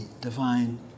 divine